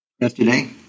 Yesterday